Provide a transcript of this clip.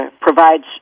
provides